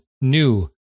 new